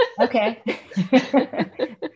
Okay